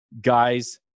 guys